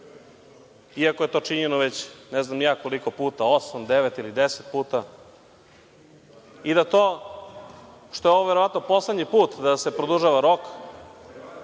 iako je to činjeno već ne znam ni ja koliko puta, osam, devet ili deset puta i da to što je ovo verovatno poslednji put da se produžava rok